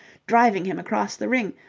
driving him across the ring,